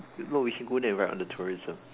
well we can go there right on the tourism